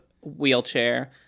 wheelchair